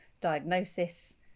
diagnosis